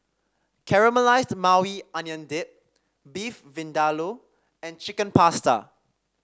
Caramelized Maui Onion Dip Beef Vindaloo and Chicken Pasta